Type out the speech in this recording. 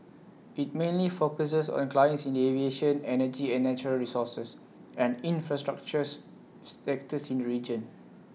IT mainly focuses on clients in the aviation energy and natural resources and infrastructures sectors in the region